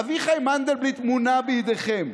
אביחי מנדלבליט מונה בידיכם.